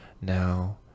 Now